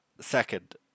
second